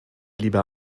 lieber